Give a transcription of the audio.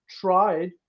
tried